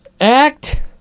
Act